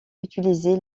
utilisé